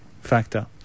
factor